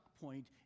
point